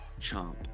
Chomp